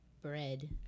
bread